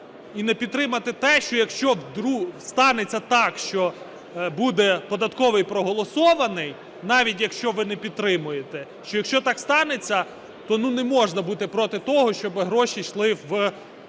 і не підтримати те, що якщо вдруг станеться так, що буде податковий проголосований, навіть якщо ви не підтримуєте, що якщо так станеться, то ну не можна бути проти того, щоб гроші йшли в загальний